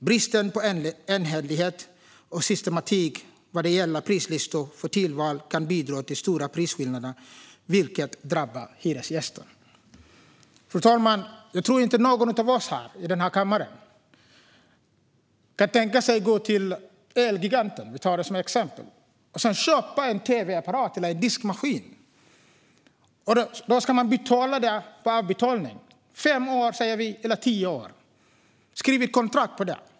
Bristen på enhetlighet och systematik vad gäller prislistor för tillval kan bidra till stora prisskillnader, vilket drabbar hyresgästerna. Fru talman! Jag ska ta ett exempel. Någon går till Elgiganten och köper en tv-apparat eller en diskmaskin på avbetalning under fem eller tio år, och skriver kontrakt på det.